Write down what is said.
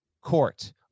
Court